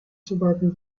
suburban